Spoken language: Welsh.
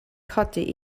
codi